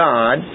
God